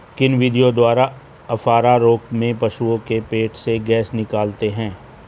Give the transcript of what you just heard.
किन विधियों द्वारा अफारा रोग में पशुओं के पेट से गैस निकालते हैं?